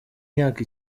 imyaka